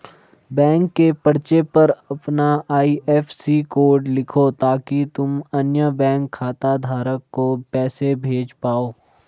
bank के पर्चे पर अपना आई.एफ.एस.सी कोड लिखो ताकि तुम अन्य बैंक खाता धारक को पैसे भेज पाओ